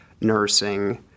nursing